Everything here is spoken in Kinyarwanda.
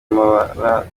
amabara